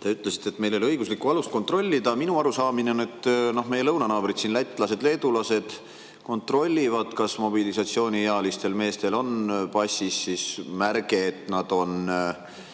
te ütlesite, et meil ei ole õiguslikku alust kontrollida. Minu arusaamine on, et meie lõunanaabrid lätlased ja leedulased kontrollivad, kas mobilisatsiooniealistel meestel on passis märge, et nad on